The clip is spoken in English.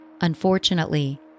Unfortunately